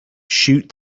shoot